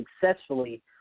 successfully